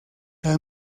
las